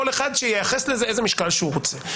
כל אחד שייחס לזה איזה משקל שהוא רוצה.